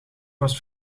was